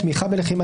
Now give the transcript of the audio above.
לתמיכה בלחימה,